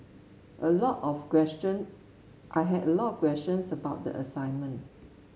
a lot of question I had a lot of questions about the assignment